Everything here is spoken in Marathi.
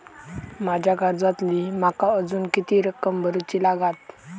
माझ्या कर्जातली माका अजून किती रक्कम भरुची लागात?